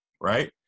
right